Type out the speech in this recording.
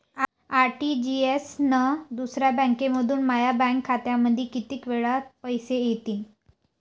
RTGS न दुसऱ्या बँकेमंधून माया बँक खात्यामंधी कितीक वेळातं पैसे येतीनं?